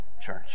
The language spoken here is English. church